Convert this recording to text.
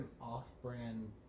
off-brand